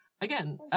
again